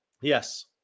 Yes